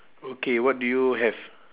okay what do you have